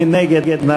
מי נגד?